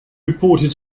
reported